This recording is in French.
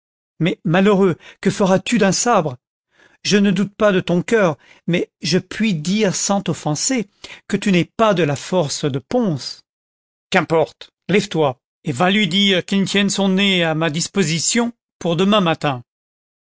mais malheureux que feras-tu d'un sabre je ne doute pas de ton cœur mais je puis dire sans t'offenser que tu n'es pas de la force do pons qu'importe lève ioi et va lui dire qu'il tienne son nez à ma disposition pour demain matin